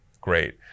great